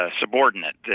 subordinate